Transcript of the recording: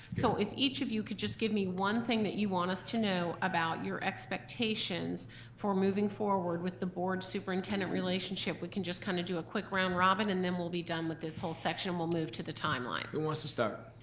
so if each of you could just give me one thing that you want us to know about your expectations for moving forward with the board superintendent relationship, we can just kind of do a quick round robin and then we'll be done with this whole section, we'll move to the timeline. who wants to start?